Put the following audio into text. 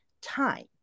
time